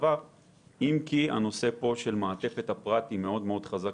אם כי, הנושא של מעטפת הפרט הוא חזק.